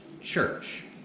church